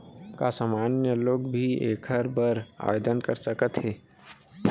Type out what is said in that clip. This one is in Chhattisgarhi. का सामान्य लोग भी एखर बर आवदेन कर सकत हे?